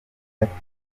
yavuze